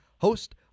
host